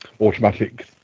automatic